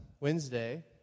Wednesday